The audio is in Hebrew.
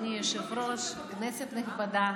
אדוני היושב-ראש, כנסת נכבדה,